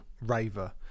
raver